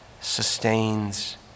sustains